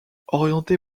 orienté